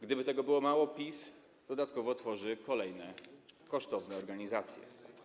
Gdyby tego było mało, PiS dodatkowo tworzy kolejne kosztowne organizacje.